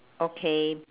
okay